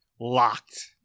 locked